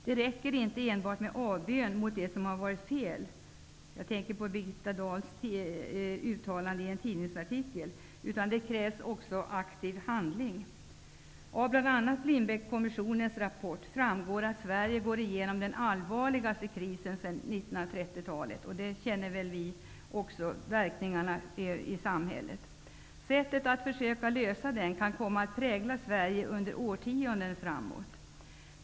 Det räcker inte med att enbart göra avbön mot det som har varit fel. Jag tänker på Birgitta Dahls uttalande i en tidningsartikel. Det krävs också aktiv handling. Av bl.a. Lindbeckkommissionens rapport framgår det att Sverige genomgår den allvarligaste krisen sedan 1930-talet. Vi känner alla verkningarna av detta i samhället. Sättet att försöka lösa denna kris kan komma att prägla Sverige under årtionden framåt.